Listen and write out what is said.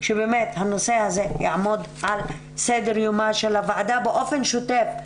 שבאמת הנושא הזה יעמוד על סדר יומה של הוועדה באופן שוטף,